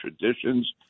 traditions